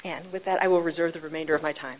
and with that i will reserve the remainder of my time